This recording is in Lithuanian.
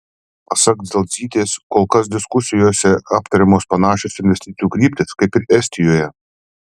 pasak dzelzytės kol kas diskusijose aptariamos panašios investicijų kryptys kaip ir estijoje